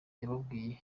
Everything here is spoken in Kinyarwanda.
yababwiye